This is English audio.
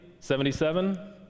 77